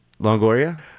Longoria